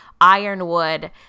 Ironwood